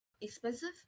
expensive